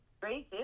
grace